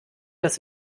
das